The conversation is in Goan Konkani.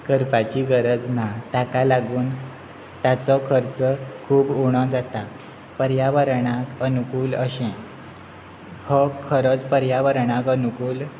करपाची गरज ना ताका लागून ताचो खर्च खूब उणो जाता पर्यावरणाक अनुकूल अशें हो खरोच पर्यावरणाक अनुकूल